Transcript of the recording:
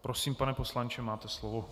Prosím, pane poslanče, máte slovo.